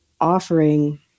offering